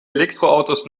elektroautos